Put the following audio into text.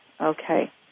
okay